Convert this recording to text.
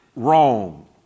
wrong